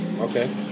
okay